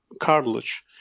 cartilage